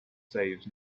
saves